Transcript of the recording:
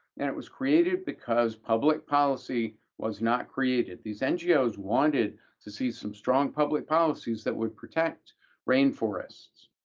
and it was created because public policy was not created. these ngos wanted to see some strong public policies that would protect rain forests,